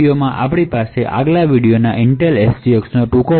આ વીડિયોમાં આપણે ઇન્ટેલ SGX નો ટૂંક પરિચય લોધો